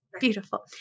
Beautiful